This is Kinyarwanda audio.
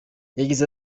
yagize